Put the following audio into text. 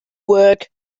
work